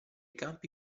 campi